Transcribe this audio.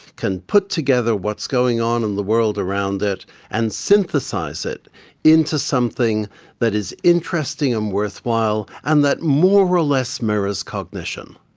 can put together what's going on in the world around it and synthesise it into something that is interesting and worthwhile and that more or less mirrors cognition.